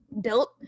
built